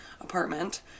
apartment